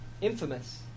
Infamous